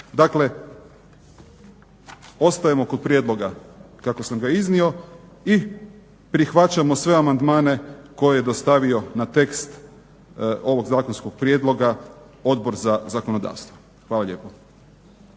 dakle ostajemo kod prijedloga kako sam ga iznio i prihvaćamo sve amandmane koje je dostavio na tekst ovog zakonskog prijedloga Odbor za zakonodavstvo. Hvala lijepo.